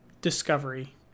Discovery